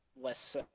less